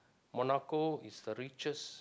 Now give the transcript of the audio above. Monaco is the richest